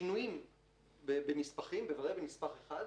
שינויים בנספחים חלים